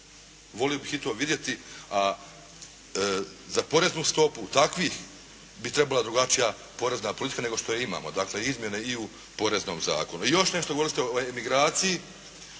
Volio bih i to vidjeti. A za poreznu stopu takvih trebala bi drugačija porezna politika nego što je imamo, dakle izmjene i u poreznom zakonu. Još nešto, govorili ste o emigraciji,